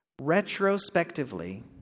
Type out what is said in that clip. Retrospectively